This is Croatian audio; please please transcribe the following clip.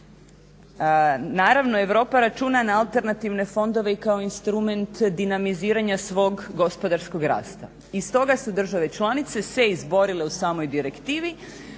Naravno, Europa računa na alternativne fondove i kao instrument dinamiziranja svog gospodarskog rasta i stoga su države članice se izborile u samoj direktivi